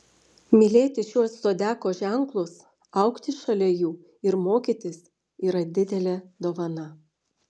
mylėti šiuos zodiako ženklus augti šalia jų ir mokytis yra didelė dovana